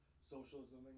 socialism